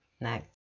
Next